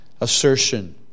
assertion